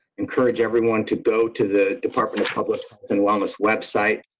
encourage everyone to go to the department of public and longest website.